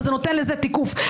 וזה נותן לזה תיקוף.